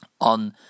on